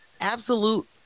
absolute